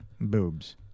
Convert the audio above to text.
Boobs